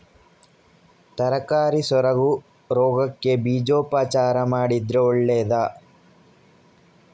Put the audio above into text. ತರಕಾರಿ ಸೊರಗು ರೋಗಕ್ಕೆ ಬೀಜೋಪಚಾರ ಮಾಡಿದ್ರೆ ಒಳ್ಳೆದಾ?